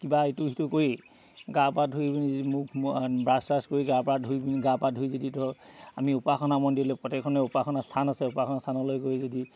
কিবা এইটো সিটো কৰি গা পা ধুই পিনি মোক ব্ৰাছ ছাচ কৰি গা পা ধুই পিনি গা পা ধুই যদি ধৰক আমি উপাসনা মন্দিৰলৈ প্ৰত্যেকখনে উপাসনা স্থান আছে উপাসনা স্থানলৈ গৈ যদি